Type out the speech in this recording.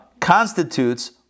constitutes